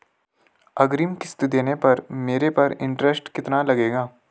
अग्रिम किश्त देने पर मेरे पर इंट्रेस्ट कितना लगेगा?